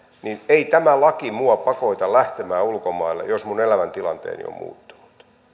niin ei tämä laki minua pakota lähtemään ulkomaille jos minun elämäntilanteeni on muuttunut